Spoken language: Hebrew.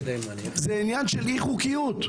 זה עניין של אי חוקיות.